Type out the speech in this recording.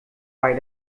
bei